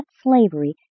slavery